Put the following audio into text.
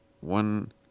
one